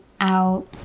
out